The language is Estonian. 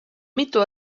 mitu